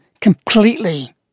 completely